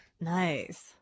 Nice